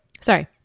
sorry